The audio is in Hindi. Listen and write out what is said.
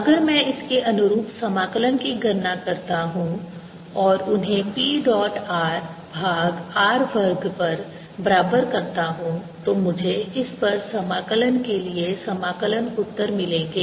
अगर मैं इसके अनुरूप समाकलन की गणना करता हूं और उन्हें P डॉट r भाग r वर्ग पर बराबर करता हूं तो मुझे इस पर समाकलन के लिए समाकलन उत्तर मिलेंगे